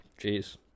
Jeez